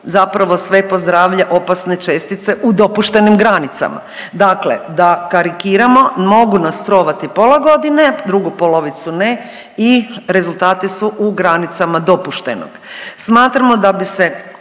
zapravo sve pozdravlja opasne čestice u dopuštenim granicama. Dakle da karikiramo, mogu nas trovati pola godine, drugu polovicu ne i rezultati su u granicama dopuštenog. Smatramo da bi se